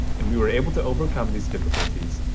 and we were able to overcome these difficulties,